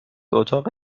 اتاق